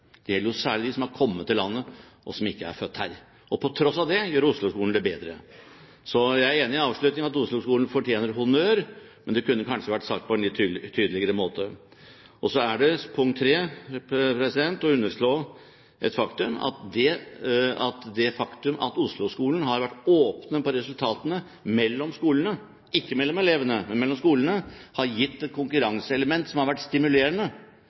Det gjelder jo særlig de som har kommet til landet, og som ikke er født her. På tross av det gjør Oslo-skolen det bedre. Så jeg er enig i avslutningen, at Oslo-skolen fortjener honnør, men det kunne kanskje vært sagt på en litt tydeligere måte. Punkt 3: Så er det å underslå et faktum at det faktum at Oslo-skolene har vært åpne om resultatene mellom skolene – ikke mellom elevene, men mellom skolene – har gitt et konkurranseelement som har vært stimulerende,